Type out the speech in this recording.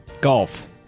Golf